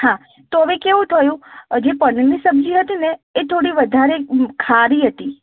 હા તો હવે કેવું થયું જે પનીરની સબ્જી હતી ને એ થોડી વધારે અં ખારી હતી